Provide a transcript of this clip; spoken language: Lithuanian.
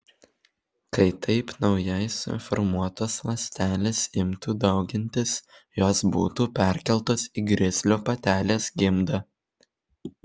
kai taip naujai suformuotos ląstelės imtų daugintis jos būtų perkeltos į grizlio patelės gimdą